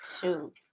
shoot